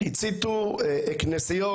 או הציתו כנסיות,